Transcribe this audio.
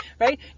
Right